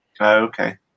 okay